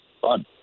Fun